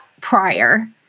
prior